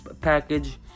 package